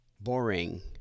Boring